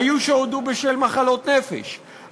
היו שהודו בשל מחלות נפש,